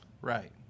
Right